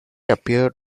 appeared